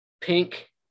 pink